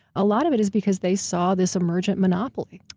a lot of it is because they saw this emergent monopoly.